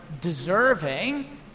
deserving